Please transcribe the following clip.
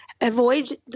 avoid